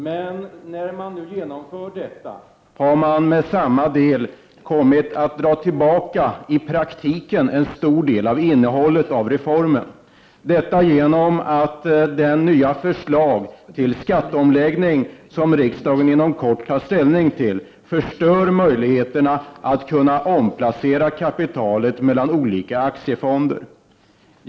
Men när man nu genomför detta, har man samtidigt i praktiken kommit att dra tillbaka en stor del av innehållet i reformen, genom att det nya förslag till skatteomläggning som riksdagen inom kort tar ställning till förstör möjligheterna att omplacera kapitalet mellan olika aktiefonder.